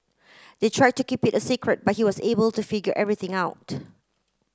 they tried to keep it a secret but he was able to figure everything out